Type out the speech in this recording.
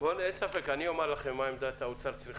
אני אומר לכם מה צריכה להיות עמדת האוצר: